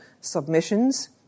submissions